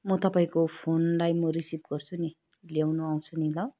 मो तपाईँको फोनलाई म रिसिभ गर्छु नि ल्याउनु आउँछु नि ल